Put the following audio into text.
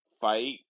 fight